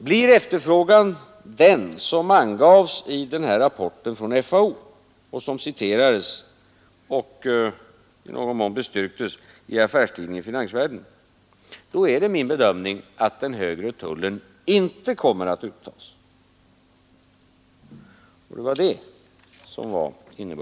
Blir efterfrågan den som angavs i rapporten från FAO och som Citerades och i någon mån bestyrktes i Affärsvärlden-Finanstidningen, då är det min bedömning att den högre tullen inte kommer att uttas. Det var innebörden i mitt uttalande.